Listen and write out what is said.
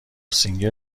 سینگر